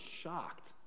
shocked